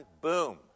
boom